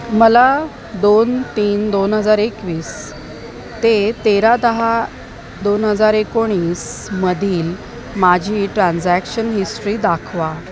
मला दोन तीन दोन हजार एकवीस ते तेरा दहा दोन हजार एकोणीसमधील माझी ट्रान्झॅक्शन हिस्ट्री दाखवा